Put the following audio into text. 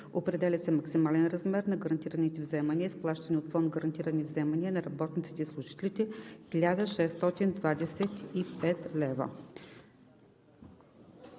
определя се максимален размер на гарантираните вземания, изплащани от Фонд „Гарантирани вземания на работниците и служителите“ – 1 625 лв.